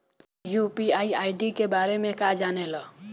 UPI ID के बारे में का जाने ल?